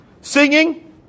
singing